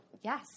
Yes